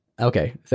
okay